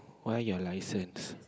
why your licence